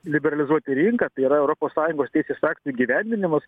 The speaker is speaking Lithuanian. liberalizuoti rinką tai yra europos sąjungos teisės aktų įgyvendinimas